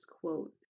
quote